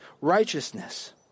righteousness